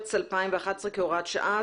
במרץ 2011 כהוראת שעה,